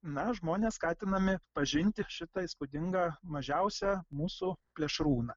na žmonės skatinami pažinti šitą įspūdingą mažiausią mūsų plėšrūną